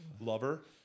lover